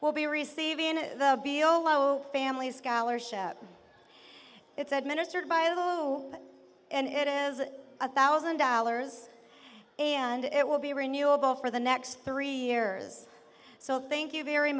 will be received in the below family scholarship it's administered by law and it is a thousand dollars and it will be renewable for the next three years so thank you very